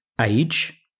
age